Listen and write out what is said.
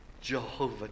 Jehovah